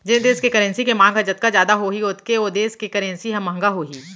जेन देस के करेंसी के मांग जतका जादा होही ओतके ओ देस के करेंसी ह महंगा होही